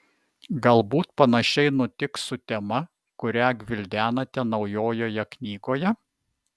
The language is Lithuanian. galbūt panašiai nutiks su tema kurią gvildenate naujoje knygoje